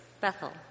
Bethel